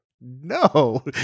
no